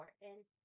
important